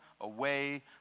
away